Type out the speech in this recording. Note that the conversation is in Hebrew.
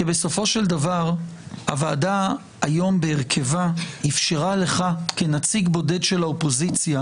כי בסופו של דבר הוועדה היום בהרכבה אפשרה לך כנציג בודד של האופוזיציה,